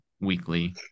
weekly